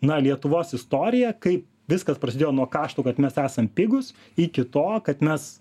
na lietuvos istorija kai viskas prasidėjo nuo kaštų kad mes esam pigūs iki to kad mes